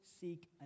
seek